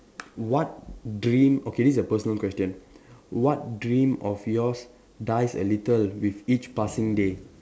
what dream okay this a personal question what dream of yours dies a little with each passing day